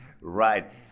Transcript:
right